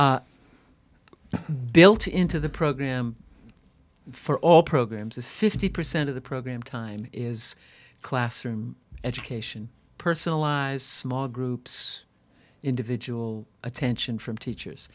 diploma built into the program for all programs is fifty percent of the program time is classroom education personalise small groups individual attention from teachers